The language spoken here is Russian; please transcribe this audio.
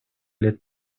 лет